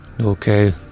Okay